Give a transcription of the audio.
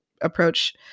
approach